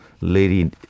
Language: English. lady